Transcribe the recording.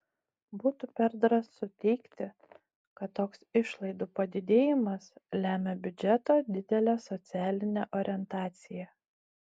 būtų per drąsu teigti kad toks išlaidų padidėjimas lemia biudžeto didelę socialinę orientaciją